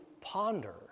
ponder